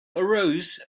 arose